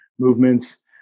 movements